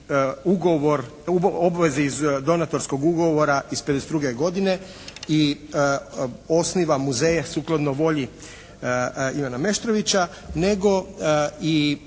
obvezu iz Donatorskog ugovora iz '52. godine i osniva muzeje sukladno volji Ivana Meštrovića nego i